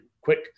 quick